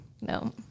No